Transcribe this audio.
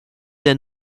der